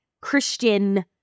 Christian